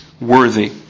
worthy